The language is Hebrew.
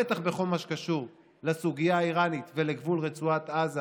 בטח בכל מה שקשור לסוגיה האיראנית ולגבול רצועת עזה,